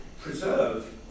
preserve